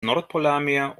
nordpolarmeer